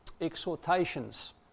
exhortations